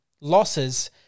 losses –